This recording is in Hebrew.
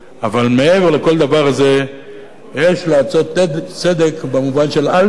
אבל מעבר לכל דבר, יש לעשות צדק במובן של אל תרע